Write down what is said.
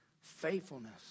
faithfulness